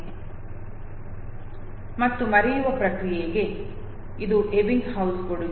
ಮತ್ತು ಮರೆಯುವ ಪ್ರಕ್ರಿಯೆಗೆ ಇದು ಎಬ್ಬಿಂಗ್ಹೌಸ್ ಕೊಡುಗೆ